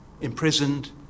imprisoned